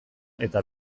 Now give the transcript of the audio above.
eta